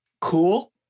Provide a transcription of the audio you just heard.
cool